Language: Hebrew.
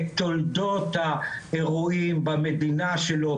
את תולדות האירועים במדינה שלו,